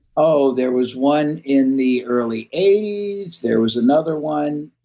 oh, there was one in the early age. there was another one.